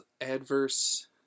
adverse